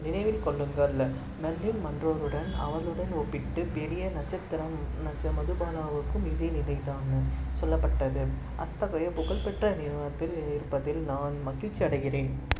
நினைவில் கொள்ளுங்கள் மர்லின் மன்றோவுடன் அவளுடன் ஒப்பிட்டு பெரிய நட்சத்திரம் நட்ச மதுபாலாவுக்கும் இதே நிலைதான்னு சொல்லப்பட்டது அத்தகைய புகழ்பெற்ற நிறுவனத்தில் இருப்பதில் நான் மகிழ்ச்சியடைகிறேன்